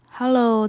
Hello，